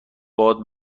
باد